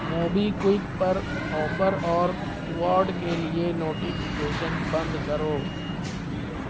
Mobi quick پر offer اور reward کے لیے نوٹیفیکیشن بند کرو